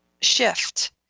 shift